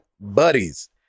buddies